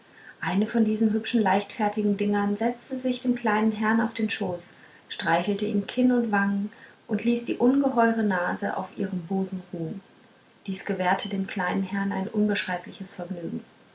eine von diesen hübschen leichtfertigen dingern setzte sich dem kleinen herrn auf den schoß streichelte ihm kinn und wangen und ließ die ungeheure nase auf ihrem busen ruhen dies gewährte dem kleinen herrn ein unbeschreibliches vergnügen